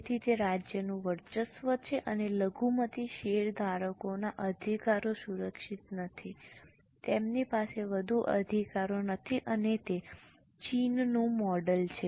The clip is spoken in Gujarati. તેથી તે રાજ્યનું વર્ચસ્વ છે અને લઘુમતી શેરધારકોના અધિકારો સુરક્ષિત નથી તેમની પાસે વધુ અધિકારો નથી અને તે ચીનનું મોડેલ છે